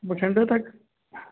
ਬਠਿੰਡੇ ਤੱਕ